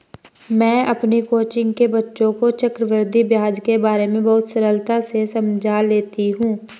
मैं अपनी कोचिंग के बच्चों को चक्रवृद्धि ब्याज के बारे में बहुत सरलता से समझा लेती हूं